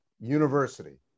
university